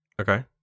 Okay